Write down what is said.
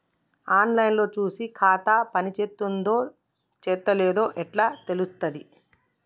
On line లో చూసి ఖాతా పనిచేత్తందో చేత్తలేదో ఎట్లా తెలుత్తది?